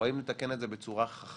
או האם נתקן אותו בצורה חכמה